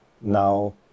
Now